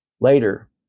Later